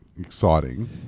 exciting